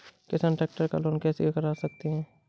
किसान ट्रैक्टर का लोन कैसे करा सकता है?